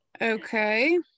Okay